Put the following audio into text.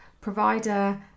provider